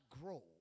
grow